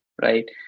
right